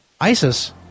ISIS